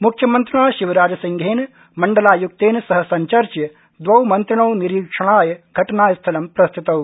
म्ख्यमन्त्रिणा शिवराज सिंहेन मण्डलायुक्तेन सह संचर्च्य दवौ मन्त्रिणौ निरीक्षणाय घटनास्थलं प्रेषितौ